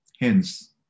Hence